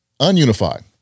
ununified